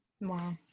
Wow